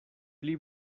pli